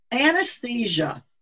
Anesthesia